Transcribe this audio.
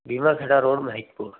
बिमा खटा रोड महितपुर